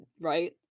right